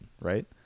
right